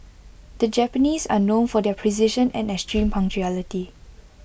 the Japanese are known for their precision and extreme punctuality